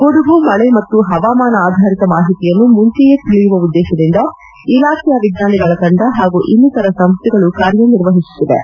ಗುಡುಗು ಮಳೆ ಮತ್ತು ಹವಾಮಾನ ಆಧಾರಿತ ಮಾಹಿತಿಯನ್ನು ಮುಂಚೆಯೇ ತಿಳಿಯುವ ಉದ್ದೇಶದಿಂದ ಇಲಾಖೆಯ ವಿಜ್ಞಾನಿಗಳ ತಂದ ಹಾಗೂ ಇನ್ನಿತರ ಸಂಸ್ಥೆಗಳು ಕಾರ್ಯನಿರ್ವಹಿಸುತ್ತಿವೆ